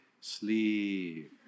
Sleep